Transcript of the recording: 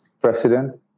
president